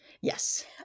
Yes